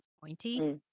Pointy